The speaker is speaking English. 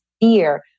fear